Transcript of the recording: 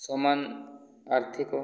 ସମାନ ଆର୍ଥିକ